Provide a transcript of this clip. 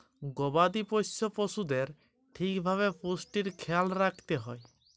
গবাদি পশ্য পশুদের ঠিক ভাবে পুষ্টির খ্যায়াল রাইখতে হ্যয়